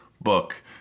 book